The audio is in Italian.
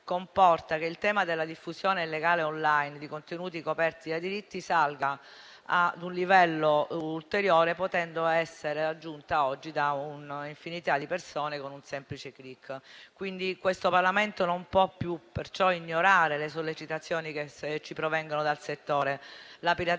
che il tema della diffusione illegale *online* di contenuti coperti da diritti salga ad un livello ulteriore, potendo essere raggiunta oggi da un'infinità di persone con un semplice *click.* Questo Parlamento perciò non può più ignorare le sollecitazioni che ci provengono dal settore. La pirateria